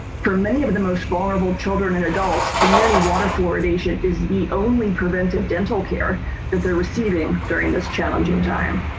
for many of the most vulnerable children and adults, community water fluoridation is the only preventive dental care that they're receiving during this challenging time.